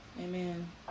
Amen